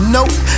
Nope